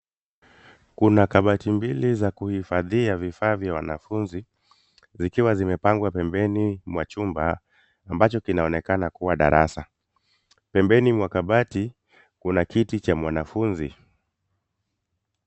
Kuna kabati mbili za kuhifadhia vifaa vya wanafunzi zikiwa zimepangwa pembeni mwa chumba, ambacho kinaonekana kuwa darasa. Pembeni mwa kabati kuna kiti cha mwanafunzi.